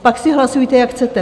Pak si hlasujte, jak chcete.